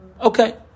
Okay